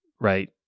right